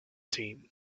team